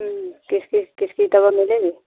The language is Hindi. किसकी किसकी दवा मिलेगी